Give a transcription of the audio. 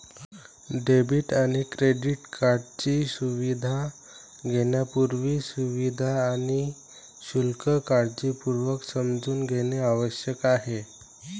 debit आणि credit कार्डची सुविधा घेण्यापूर्वी, सुविधा आणि शुल्क काळजीपूर्वक समजून घेणे आवश्यक आहे